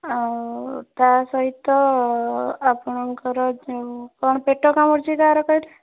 ଆଉ ତା ସହିତ ଆପଣଙ୍କର ଯେଉଁ କ'ଣ ପେଟ କାମୁଡ଼ୁଛି କାହାର କହିଲେ